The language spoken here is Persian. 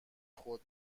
خود